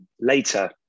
later